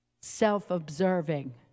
self-observing